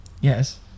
Yes